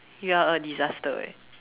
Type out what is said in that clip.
you're a disaster eh